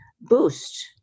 boost